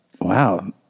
Wow